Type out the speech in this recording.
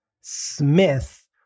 Smith